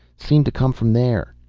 seemed to come from there.